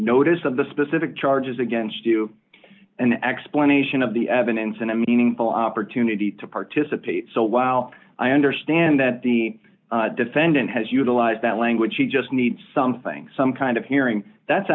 notice of the specific charges against you an explanation of the evidence and a meaningful opportunity to participate so while i understand that the defendant has utilized that language he just needs something some kind of hearing that's